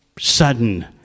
sudden